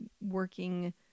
working